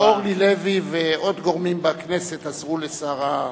זה אורלי לוי ועוד גורמים בכנסת עזרו לשר הרווחה.